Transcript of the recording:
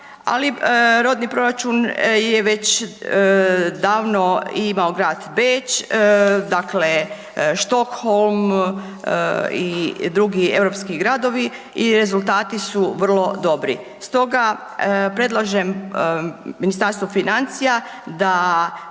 rodni proračun je već davno imao grad Beč, Štokholm i drugi europski gradovi i rezultati su vrlo dobri. Stoga predlažem Ministarstvu financija da